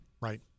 Right